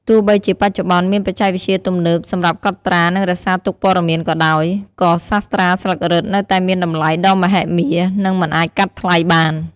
ទោះបីជាបច្ចុប្បន្នមានបច្ចេកវិទ្យាទំនើបសម្រាប់កត់ត្រា និងរក្សាទុកព័ត៌មានក៏ដោយ ក៏សាស្រ្តាស្លឹករឹតនៅតែមានតម្លៃដ៏មហិមា និងមិនអាចកាត់ថ្លៃបាន។